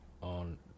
On